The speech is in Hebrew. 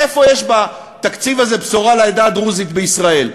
איפה יש בתקציב הזה בשורה לעדה הדרוזית בישראל?